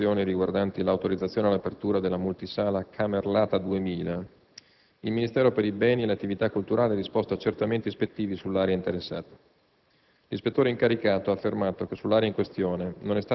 Come già riferito in sede di risposta alle precedenti interrogazioni riguardanti l'autorizzazione all'apertura della multisala Camerlata 2000, il Ministero per i beni e le attività culturali ha disposto accertamenti ispettivi sull'area interessata.